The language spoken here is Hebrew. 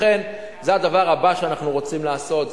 לכן זה הדבר הבא שאנחנו רוצים לעשות,